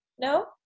No